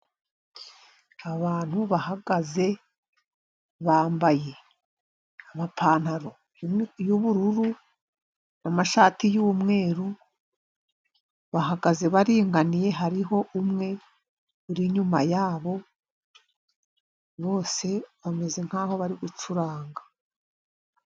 Abantu bahagaze bambaye amapantaro yubururu n'amashati yumweru, bahagaze baringaniye hariho umwe uri inyuma yabo, bose bameze nk'aho bari gucuranga.